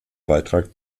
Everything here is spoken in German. beitrag